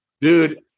dude